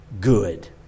good